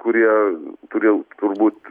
kurie kurie turbūt